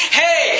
hey